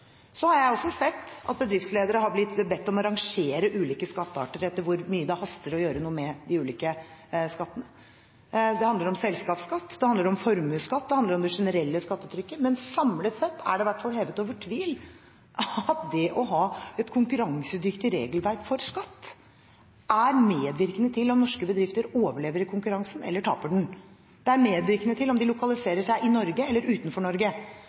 Så har jeg også sett at bedriftsledere har blitt bedt om å rangere ulike skattearter etter hvor mye det haster å gjøre noe med de ulike skattene. Det handler om selskapsskatt, det handler om formuesskatt, det handler om det generelle skattetrykket. Men samlet sett er det i hvert fall hevet over tvil at det å ha et konkurransedyktig regelverk for skatt, er medvirkende til om norske bedrifter overlever i konkurransen eller taper den. Det er medvirkende til om de lokaliserer seg i Norge eller utenfor Norge.